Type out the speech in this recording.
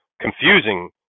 confusing